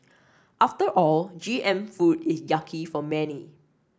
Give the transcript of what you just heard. after all G M food is yucky for many